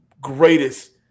greatest